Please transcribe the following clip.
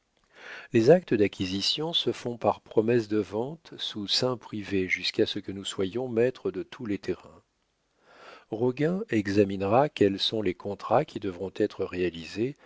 les actes d'acquisition se font par promesses de vente sous seing privé jusqu'à ce que nous soyons maîtres de tous les terrains roguin examinera quels sont les contrats qui devront être réalisés